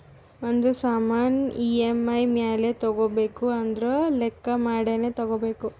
ಒಂದ್ ಸಾಮಾನ್ ಇ.ಎಮ್.ಐ ಮ್ಯಾಲ ತಗೋಬೇಕು ಅಂದುರ್ ಲೆಕ್ಕಾ ಮಾಡಿನೇ ತಗೋಬೇಕು